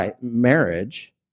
marriage